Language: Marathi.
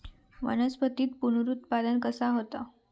वनस्पतीत पुनरुत्पादन कसा होता?